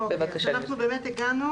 אנחנו הגענו